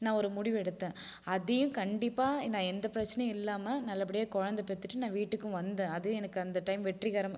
நான் ஒரு முடிவெடுத்தேன் அதையும் கண்டிப்பாக நான் எந்த பிரச்சனையும் இல்லாமல் நல்ல படியாக குழந்த பெத்துட்டு நான் வீட்டுக்கும் வந்தன் அதுவும் எனக்கு அந்த டைம் வெற்றிகரமாக